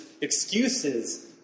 excuses